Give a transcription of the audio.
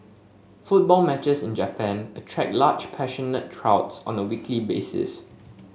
football matches in Japan attract large passionate on a weekly basis